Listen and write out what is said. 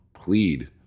plead